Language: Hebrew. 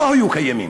לא היו קיימים.